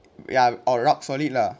ya or rock solid lah